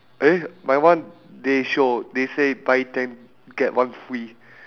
eh my one they show they say buy ten get one free